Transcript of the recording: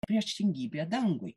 priešingybė dangui